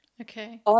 Okay